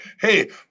hey